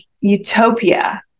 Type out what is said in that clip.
utopia